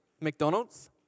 McDonald's